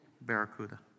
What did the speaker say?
Barracuda